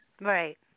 Right